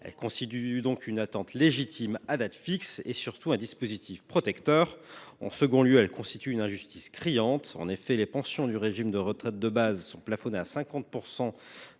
Elle constitue donc une attente légitime à date fixe et, surtout, un dispositif protecteur. En second lieu, cette mesure est d’une injustice criante. En effet, les pensions du régime de retraite de base sont plafonnées à 50